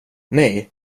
nej